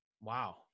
wow